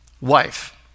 wife